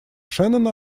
шеннона